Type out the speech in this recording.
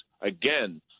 again